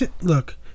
look